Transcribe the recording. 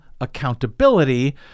accountability